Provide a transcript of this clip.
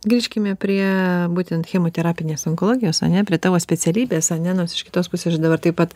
grįžkime prie būtent chemoterapinės onkologijos ane prie tavo specialybės ane nors iš kitos pusės aš dabar taip pat